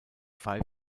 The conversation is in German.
five